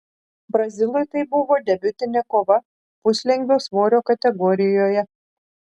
brazilui tai buvo debiutinė kova puslengvio svorio kategorijoje